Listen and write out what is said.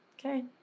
Okay